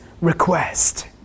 request